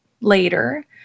later